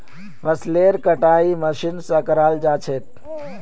फसलेर कटाई मशीन स कराल जा छेक